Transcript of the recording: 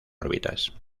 órbitas